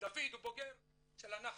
ודוד הוא בוגר של הנח"ל,